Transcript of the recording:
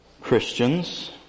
Christians